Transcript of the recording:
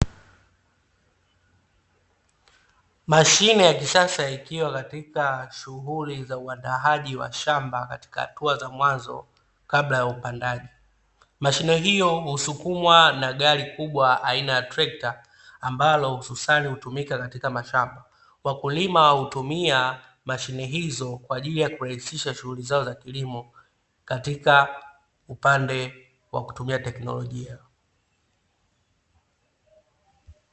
Mashine ya kisasa ikiwa katika shughuli za uandaaji wa shamba katika hatua za mwanzo kabla ya upandaji. Mashine hiyo husukumwa na gari kubwa aina ya trekta ambalo hususani hutumika katika mashamba. Wakulima hutumia mashine hizo kwa ajili ya kurahisisha shughuli zao za kilimo katika upande wa kutumia teknolojia.